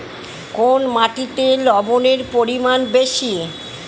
কোন মাটিতে লবণের পরিমাণ বেশি?